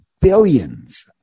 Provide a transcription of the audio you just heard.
billions